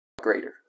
greater